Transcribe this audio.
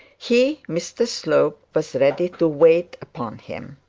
he, mr slope, was ready to wait upon him.